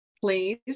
please